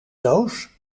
doos